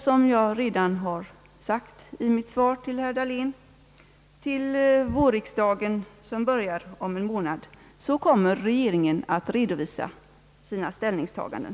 Som jag redan har sagt i mitt svar till herr Dahlén: Till vårriksdagen, som börjar om en månad, kommer regeringen att redovisa sina ställningstaganden.